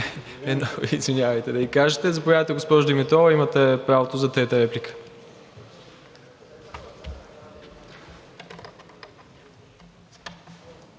„извинявайте“ да ѝ кажете. Заповядайте, госпожо Димитрова, имате правото за трета реплика.